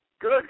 good